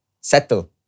Settle